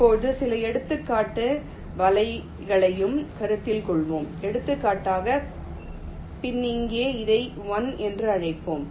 இப்போது சில எடுத்துக்காட்டு வலைகளையும் கருத்தில் கொள்வோம் எடுத்துக்காட்டாக பின் இங்கே இதை 1 என்று அழைப்போம்